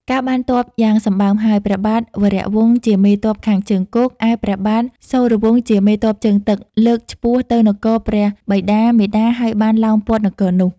កាលបានទ័ព យ៉ាងសម្បើមហើយ ព្រះបាទវរវង្សជាមេទ័ពខាងជើងគោក ឯព្រះបាទសូរវង្សជាមេទ័ពជើងទឹក លើកឆ្ពោះ ទៅនគរព្រះបិតា-មាតា ហើយបានឡោមព័ទ្ធនគរនោះ។